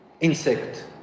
insect